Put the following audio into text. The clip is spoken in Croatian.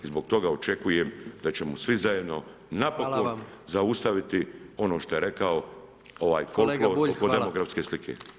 I zbog toga očekujem da ćemo svi zajedno [[Upadica predsjednik: Hvala vam.]] napokon zaustaviti ono šta je rekao ovaj folklor oko demografske slike.